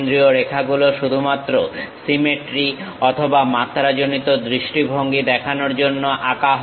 কেন্দ্রীয় রেখাগুলো শুধুমাত্র সিমেট্রি অথবা মাত্রাজনিত দৃষ্টিভঙ্গি দেখানোর জন্য আঁকা হয়